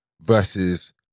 versus